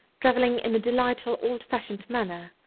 travelling in a delightful, old-fashioned manner,